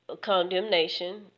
condemnation